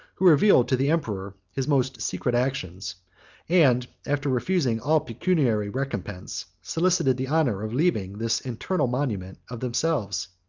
who revealed to the emperor his most secret actions and, after refusing all pecuniary recompense, solicited the honor of leaving this eternal monument of themselves.